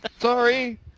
Sorry